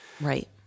Right